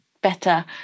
better